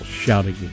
Shouting